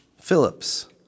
Phillips